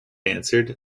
answered